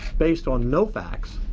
based on no facts.